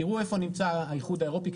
תראו איפה נמצא האיחוד האירופי,